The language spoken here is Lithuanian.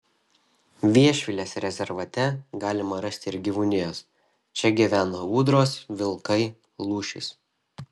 viešvilės rezervate galima rasti ir gyvūnijos čia gyvena ūdros vilkai lūšys